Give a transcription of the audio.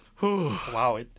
Wow